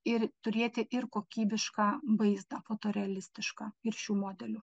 ir turėti ir kokybišką vaizdą fotorealistišką ir šių modelių